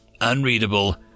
unreadable